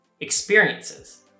experiences